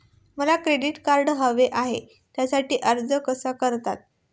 मला credit card हवे आहे त्यासाठी अर्ज कसा करतात?